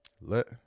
Let